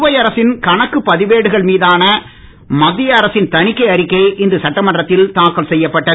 புதுவை அரசின் கணக்கு பதிவேடுகள் மீதான மத்திய அரசின் தணிக்கை அறிக்கை இன்று சட்டமன்றத்தில் தாக்கல் செய்யப்பட்டது